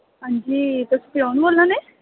हां जी तुस कु'न बोला ने